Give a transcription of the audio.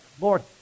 Lord